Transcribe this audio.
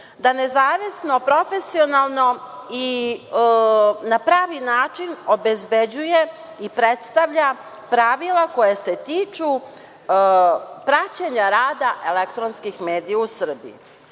da nezavisno, profesionalno i na pravi način obezbeđuje i predstavlja pravila koja se tiču praćenja rada elektronskih medija u Srbiji.